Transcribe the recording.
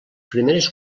primeres